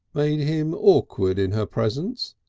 made him awkward in her presence,